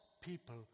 people